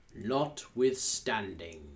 notwithstanding